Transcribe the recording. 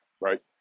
Right